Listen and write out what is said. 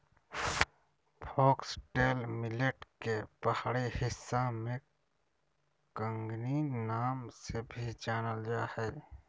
foxtail millet के पहाड़ी हिस्सा में कंगनी नाम से भी जानल जा हइ